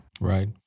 Right